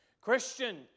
Christian